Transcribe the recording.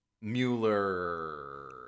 Mueller